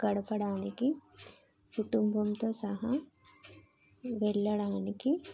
గడపడానికి కుటుంబంతో సహా వెళ్ళడానికి